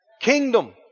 Kingdom